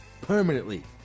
permanently